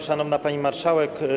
Szanowna Pani Marszałek!